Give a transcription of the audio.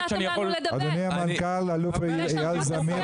פרופסור ארנון אפק סגן מנהל בית החולים תל השומר,